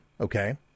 Okay